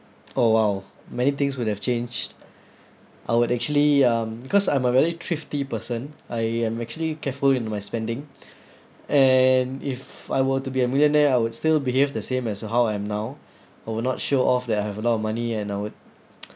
oh !wow! many things would have changed I would actually um because I'm a very thrifty person I am actually careful in my spending and if I were to be a millionaire I would still behave the same as how I am now I would not show off that I have a lot of money and I would